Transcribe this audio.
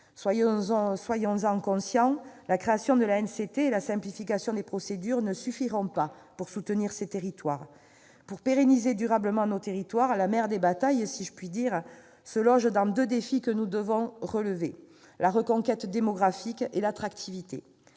Soyons-en conscients, la création de l'ANCT et la simplification des procédures ne suffiront pas pour soutenir ces territoires. Pour pérenniser durablement nos territoires, la mère des batailles- si je puis dire -concerne deux défis que nous devrons relever : la reconquête démographique et l'attractivité.